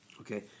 Okay